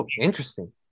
interesting